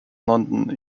london